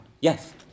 Yes